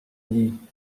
dit